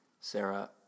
Sarah